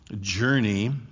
journey